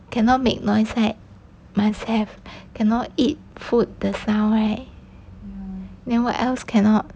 cannot make noise right must have cannot eat food the sound right then what else cannot